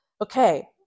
okay